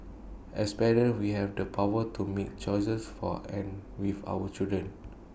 as parents we have the power to make choices for and with our children